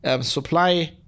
supply